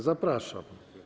Zapraszam.